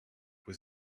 was